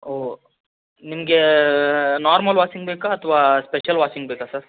ಓಹ್ ನಿಮಗೆ normal washing ಬೇಕಾ ಅಥವಾ ಸ್ಪೆಷಲ್ ವಾಷಿಂಗ್ ಬೇಕಾ ಸರ್